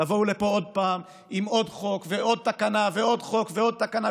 תבואו לפה עוד פעם עם עוד חוק ועוד תקנה ועוד חוק ועוד תקנה,